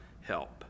help